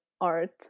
art